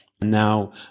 Now